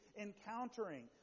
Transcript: encountering